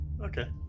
Okay